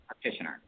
practitioner